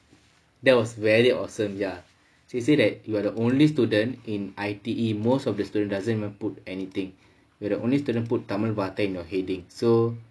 that was very awesome ya she say that you are the only student in I_T_E most of the student doesn't even put anything we're the only student put tamil வார்த்தை:vaarthai in your heading so